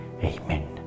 Amen